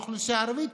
האוכלוסייה הערבית,